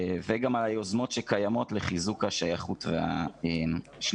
וגם על היוזמות שקיימות לחיזוק השייכות והשליחות.